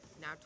now